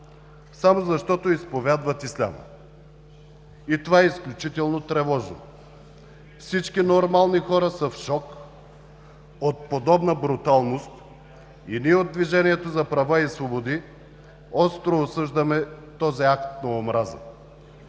само защото изповядват исляма. Това е изключително тревожно! Всички нормални хора са в шок от подобна бруталност. Ние от Движението за права и свободи остро осъждаме този акт на омраза.